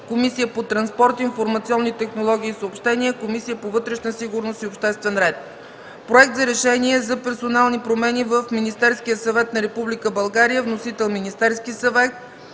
Комисията по транспорт, информационни технологии и съобщения, Комисията по вътрешна сигурност и обществен ред. Проект за решение за персонални промени в Министерския съвет на Република България. Вносител – Министерският съвет.